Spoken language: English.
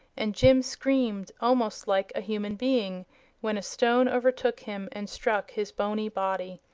and jim screamed almost like a human being when a stone overtook him and struck his boney body.